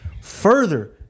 further